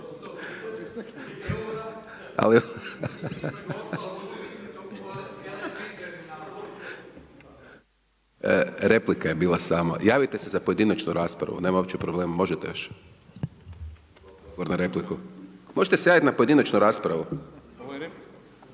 Replika je bila samo, javite se za pojedinačnu raspravu, nema uopće problema, možete još. Odgovor na repliku. Možete se javiti na pojedinačnu raspravu.